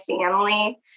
family